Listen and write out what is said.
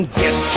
get